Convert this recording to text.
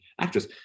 actress